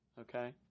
Okay